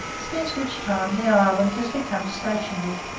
since which time the island has become stationary,